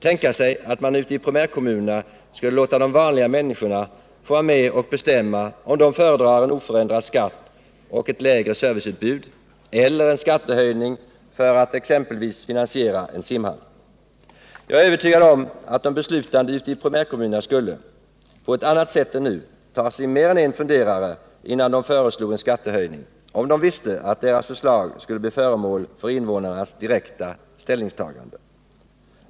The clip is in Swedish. Tänka sig att man ute i primärkommunerna skulle låta de vanliga människorna få vara med och bestämma om de föredrar en oförändrad skatt och ett lägre serviceutbud eller en skattehöjning för att exempelvis finansiera en simhall. Jag är övertygad om att de beslutande ute i primärkommunerna skulle, på ett annat sätt än nu, ta sig mer än en funderare innan de föreslog en skattehöjning om de visste att deras förslag skulle bli föremål för invånarnas direkta ställningstagande.